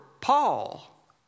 Paul